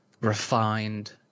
refined